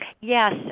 Yes